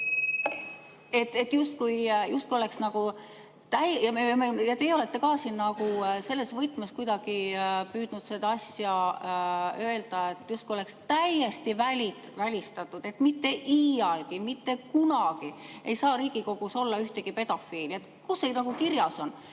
Justkui oleks, ja teie olete ka siin selles võtmes kuidagi püüdnud seda asja öelda nii, justkui oleks täiesti välistatud, et mitte iialgi, mitte kunagi ei saa Riigikogus olla ühtegi pedofiili. Kus see kirjas on?